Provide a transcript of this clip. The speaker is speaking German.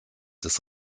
des